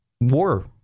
War